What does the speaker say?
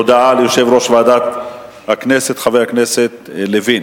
הודעה ליושב-ראש ועדת הכנסת, חבר הכנסת לוין.